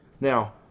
Now